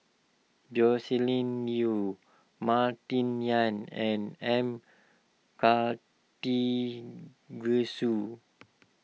Joscelin Yeo Martin Yan and M Karthigesu